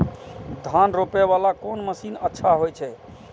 धान रोपे वाला कोन मशीन अच्छा होय छे?